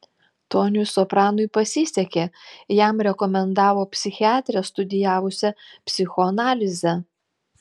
toniui sopranui pasisekė jam rekomendavo psichiatrę studijavusią psichoanalizę